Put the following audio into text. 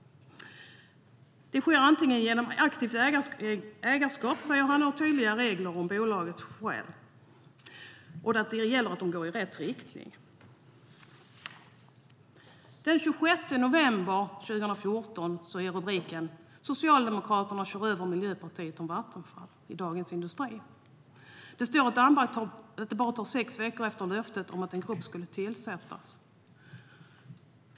Det sker antingen genom aktivt ägarskap eller med hjälp av tydliga regler hos bolaget. Det gäller att bolaget självt går i rätt riktning. Den 26 november 2014 står det i rubriken i Dagens Industri att Socialdemokraterna kör över Miljöpartiet om Vattenfall. Där framgår att Damberg efter sex veckor tar tillbaka löftet om att en grupp ska tillsättas.